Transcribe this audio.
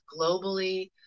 globally